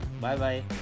Bye-bye